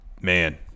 man